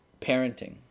parenting